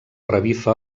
revifa